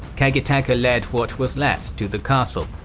kagetaka led what was left to the castle.